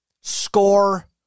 score